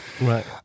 right